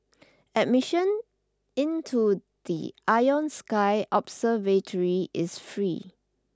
admission into the Ion Sky observatory is free